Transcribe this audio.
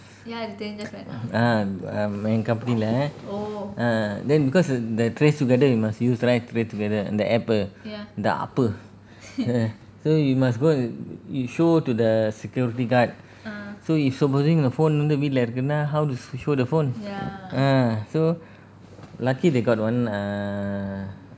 ah um my company ல:la ah then because the the trace together you must use right trace together the app uh the app uh so you must go t~ you show to the security guard so if supposing the phone வந்து வீட்டுல இருக்கு:vanthu veetula iruku how to show the phone ah so lucky they got one err